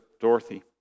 Dorothy